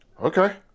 Okay